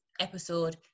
episode